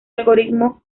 algoritmo